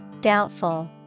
Doubtful